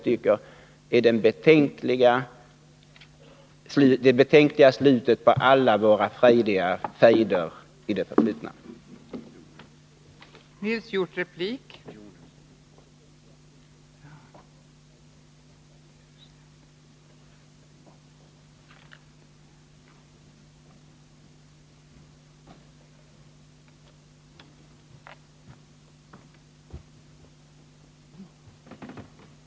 Det är det betänkliga slutet på alla våra frejdiga fejder i det förflutna, Nils Hjorth.